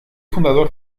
fundador